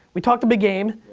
we talked a big game.